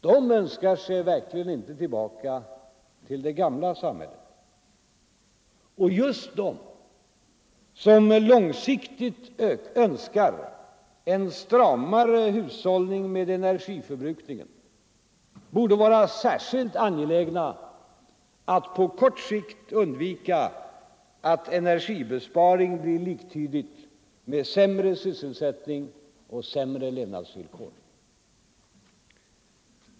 De önskar sig verkligen inte tillbaka till det gamla samhället. Just de som långsiktigt önskar en stramare hushållning med energiförbrukningen borde vara särskilt angelägna om att på kort sikt undvika att energibesparing blir liktydigt med sämre sysselsättning och sämre levnadsvillkor.